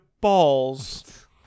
balls